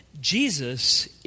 Jesus